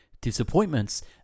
Disappointments